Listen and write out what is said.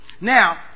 Now